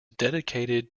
dedicated